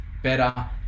better